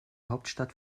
hauptstadt